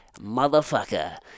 motherfucker